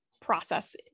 process